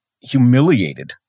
humiliated